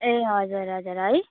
ए हजुर हजुर है